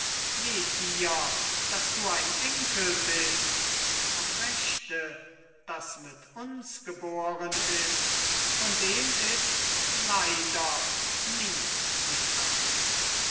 daß du ein enkel bist vom rechte das mit uns geboren ist von dem ist leider nie die frage